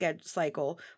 cycle